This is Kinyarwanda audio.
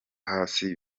hasi